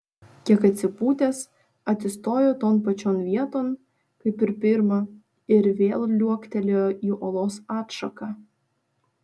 kiek atsipūtęs atsistojo ton pačion vieton kaip ir pirma ir vėl liuoktelėjo į olos atšaką